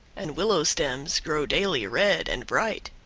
and willow stems grow daily red and bright.